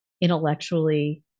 intellectually